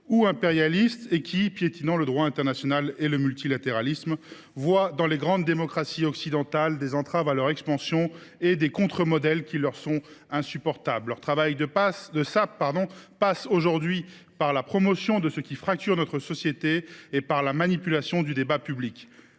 ou impérialistes qui, piétinant le droit international et le multilatéralisme, voient dans nos systèmes une entrave à leur expansion et un contre modèle qui leur est insupportable. Leur travail de sape passe aujourd’hui par la promotion de tout ce qui fracture nos sociétés et par la manipulation du débat public.